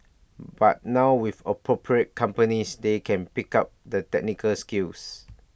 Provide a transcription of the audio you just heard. but now with appropriate companies they can pick up the technical skills